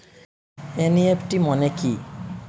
NEFT মনে কি?